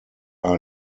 are